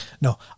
No